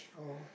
oh